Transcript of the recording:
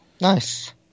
Nice